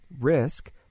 risk